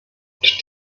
und